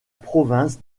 province